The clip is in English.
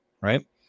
right